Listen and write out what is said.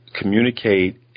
communicate